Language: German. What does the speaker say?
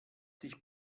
sich